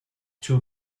too